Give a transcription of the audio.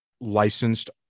licensed